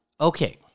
Okay